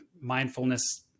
mindfulness